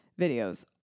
videos